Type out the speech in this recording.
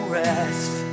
rest